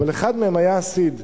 אבל אחד מהם היה הסיד.